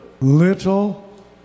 Little